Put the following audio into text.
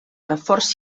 reforç